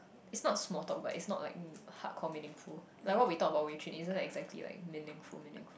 is not small talk but it's not like hardcore meaningful like what we talk about Wei-jun isn't exactly like meaningful meaningful